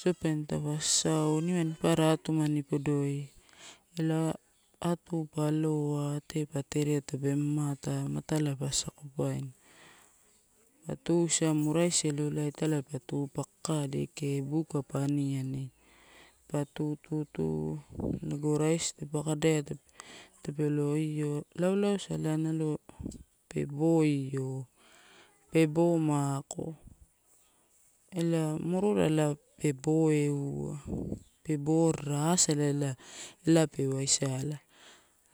Sosopene taupa sasau, nimani papara atumani podoi, ela atu pa aloa, ate pa terea tape mamata, matala pa asakopoina. Pa tu isamu raisi elolai italai pa tu pa kakake buka pa aniani, pa tu, tu, tu, lago raisi tape-tape lo io, be bo mako ela morola ela pe bo eua pe bo rara asala eela pe waisala.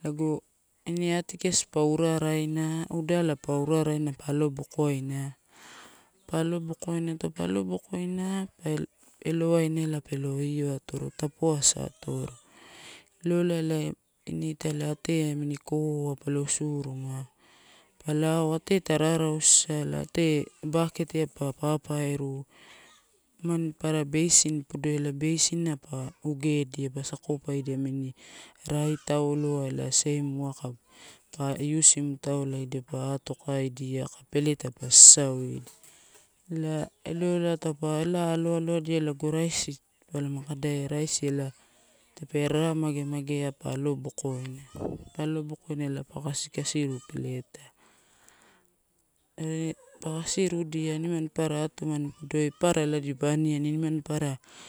Lago ine atikiaia a pa uraraina, uddala pa uraraina pa alo bokoina, pa alobokoina. Taupa alobo koina pa elowaina pe lo io atoro tapo asa atoro, elolai ela ine italai ate namini koapa to usuruma. Pa lao ate taa rarausuisala, ate kaketeai pa paparum nimani papara beisin padoi ela beisinai pa ugedia pa sakopaidia namini rai tauloai ela seim uwaka pa usim o taulai elia pa atokaidia ak peleua pa sasaudia. Elai elolai taupe ela aloaloadia, lago raisi pa lama kadaia, raisi ela tape rara mage magea pa alobokoina, pa alobokoina ela pa kasikasiru peletai. Are pa kasirudia nimani apara atumani podoi, papara dipa aniani nimani papara.